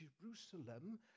Jerusalem